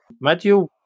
Matthew